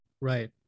Right